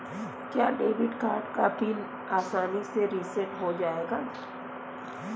क्या debit card का PIN आसानी से रीसेट हो जाएगा?